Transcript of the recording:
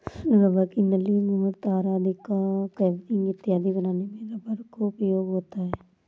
rubber की नली, मुहर, तार आदि का कवरिंग इत्यादि बनाने में रबर का उपयोग होता है